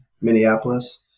Minneapolis